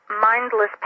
mindless